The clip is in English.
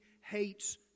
hates